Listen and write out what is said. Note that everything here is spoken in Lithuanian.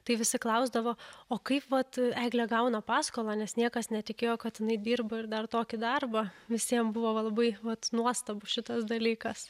tai visi klausdavo o kaip vat eglė gauna paskolą nes niekas netikėjo kad jinai dirba ir dar tokį darbą visiem buvo va labai vat nuostabus šitas dalykas